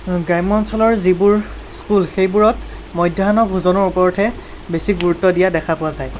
গ্ৰাম্য অঞ্চলৰ যিবোৰ স্কুল সেইবোৰত মধ্যাহ্ন ভোজনৰ ওপৰতহে বেছি গুৰুত্ব দিয়া দেখা পোৱা যায়